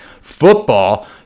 Football